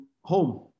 home